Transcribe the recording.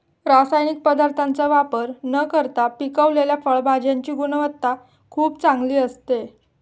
रासायनिक पदार्थांचा वापर न करता पिकवलेल्या फळभाज्यांची गुणवत्ता खूप चांगली असते